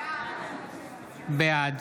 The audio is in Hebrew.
בעד